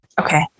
Okay